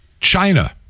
China